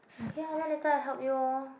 okay ah then later I help you lor